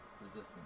resistance